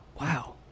Wow